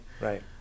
Right